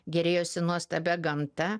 gėrėjosi nuostabia gamta